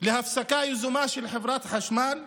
להפסקה יזומה של חברת חשמל.